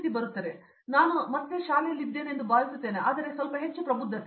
ಆದ್ದರಿಂದ ನಾನು ಮತ್ತೆ ಶಾಲೆಯಲ್ಲಿ ಇದ್ದೇನೆ ಎಂದು ನಾನು ಭಾವಿಸುತ್ತೇನೆ ಆದರೆ ಸ್ವಲ್ಪ ಹೆಚ್ಚು ಪ್ರಬುದ್ಧತೆ